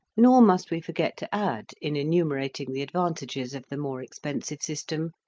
nor must we forget to add, in enumerating the advantages of the more expensive system,